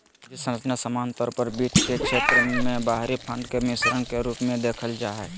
पूंजी संरचना सामान्य तौर पर वित्त के क्षेत्र मे बाहरी फंड के मिश्रण के रूप मे देखल जा हय